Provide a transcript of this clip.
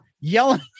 yelling